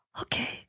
okay